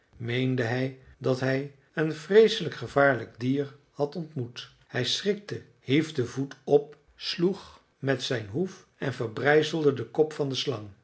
meende hij dat hij een vreeselijk gevaarlijk dier had ontmoet hij schrikte hief den voet op sloeg met zijn hoef en verbrijzelde den kop van de slang